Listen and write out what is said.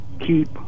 keep